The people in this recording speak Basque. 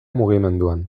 mugimenduan